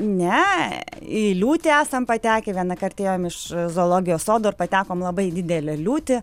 ne į liūtį esam patekę vieną kartą ėjom iš zoologijos sodo ir patekom labai didelę liūtį